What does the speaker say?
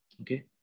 okay